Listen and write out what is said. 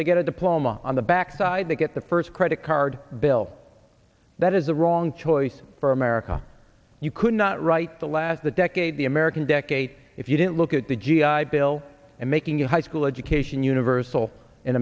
they get a diploma on the back side they get the first credit card bill that is the wrong choice for america you could not write the last the decade the american decade if you didn't look at the g i bill and making a high school education universal in